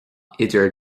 idir